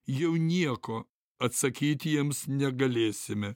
jau nieko atsakyti jiems negalėsime